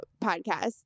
Podcast